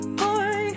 boy